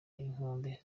inkombe